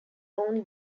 own